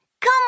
Come